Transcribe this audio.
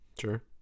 Sure